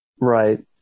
Right